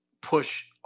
push